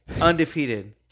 undefeated